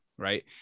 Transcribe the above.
Right